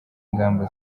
ingamba